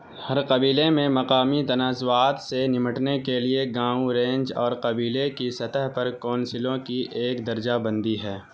ہر قبیلے میں مقامی تنازعات سے نمٹنے کے لیے گاؤں رینج اور قبیلے کی سطح پر کونسلوں کی ایک درجہ بندی ہے